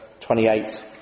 28